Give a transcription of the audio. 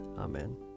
Amen